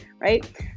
right